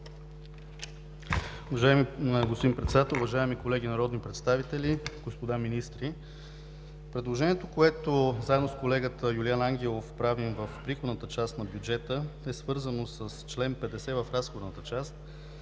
Уважаеми господин Председател, уважаеми колеги народни представители, господа министри! Предложението, което заедно с колегата Юлиан Ангелов правим в приходната част на бюджета, е свързано с чл. 50 в разходната част,